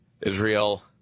Israel